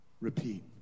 repeat